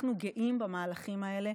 אנחנו גאים במהלכים האלה,